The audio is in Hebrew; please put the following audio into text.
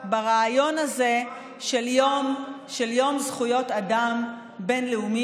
ברעיון הזה של יום זכויות אדם בין-לאומי,